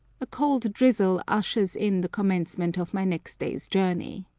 a cold drizzle ushers in the commencement of my next day's journey.